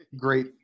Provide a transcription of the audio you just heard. Great